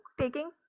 taking